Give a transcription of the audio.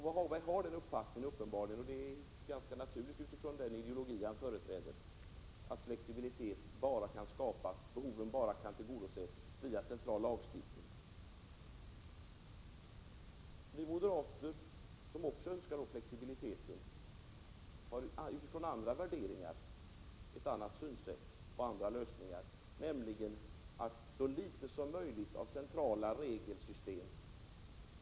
Med sin ideologiska uppfattning anser således Lars-Ove Hagberg att flexibilitet bara kan skapas och behoven enbart kan tillgodoses via central lagstiftning. Vi moderater, som också vill ha flexibilitet, har utgått från andra värderingar och ett annat synsätt samt andra lösningar, nämligen så få centrala regelsystem som möjligt och fler lokalt anpassade system.